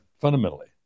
Fundamentally